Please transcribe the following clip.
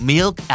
Milk